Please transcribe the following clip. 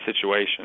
situation